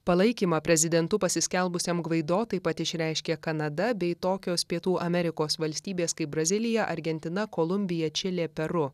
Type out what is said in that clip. palaikymą prezidentu pasiskelbusiam gvaido taip pat išreiškė kanada bei tokios pietų amerikos valstybės kaip brazilija argentina kolumbija čilė peru